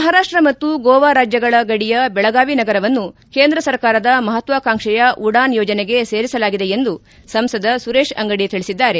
ಮಹಾರಾಷ್ಲ ಮತ್ತು ಗೋವಾ ರಾಜ್ಲಗಳ ಗಡಿಯ ಬೆಳಗಾವಿ ನಗರವನ್ನು ಕೇಂದ್ರ ಸರ್ಕಾರದ ಮಹತ್ವಾಕಾಂಕ್ಷೆಯ ಉಡಾನ್ ಯೋಜನೆಗೆ ಸೇರಿಸಲಾಗಿದೆ ಎಂದು ಸಂಸದ ಸುರೇಶ್ ಅಂಗಡಿ ತಿಳಿಸಿದ್ದಾರೆ